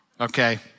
Okay